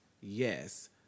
Yes